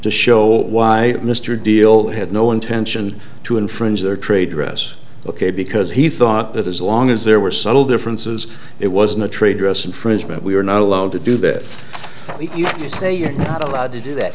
to show why mr deal had no intention to infringe their trade dress ok because he thought that as long as there were subtle differences it wasn't a trade dress infringement we were not allowed to do that you say you're not allowed to do that